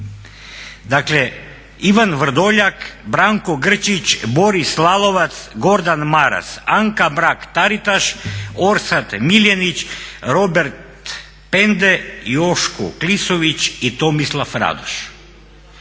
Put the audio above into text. dakle Ivan Vrdoljak, Branko Grčić, Boris Lalovac, Gordan Maras, Anka Mrak-Taritaš, Orsat Miljenić, Robert Pende, Joško Klisović i Tomislav Radoš.